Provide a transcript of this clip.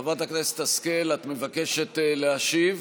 חברת הכנסת השכל, את מבקשת להשיב?